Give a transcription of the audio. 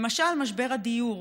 למשל, משבר הדיור,